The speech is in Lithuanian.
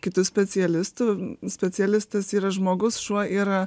kitu specialistu specialistas yra žmogus šuo yra